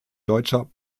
deutscher